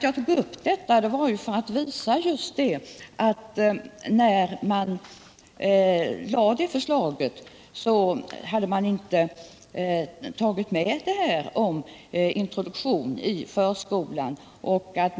Jag tog upp den just för att visa att när det förslaget lades hade man inte tagit med introduktionen i förskolan.